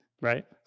right